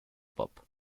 pop